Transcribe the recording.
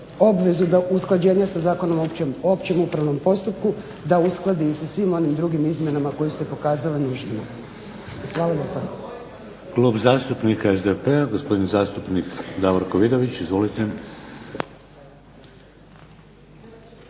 obvezu da usklađenja sa Zakonom o općem upravnom postupku da uskladi i sa svim onim drugim izmjenama koje su se pokazale nužnima. Hvala lijepa.